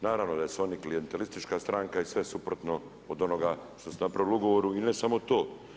Naravno, da su oni klijentelistička stranka i sve suprotno od onoga što su napravili u ugovoru i ne samo to.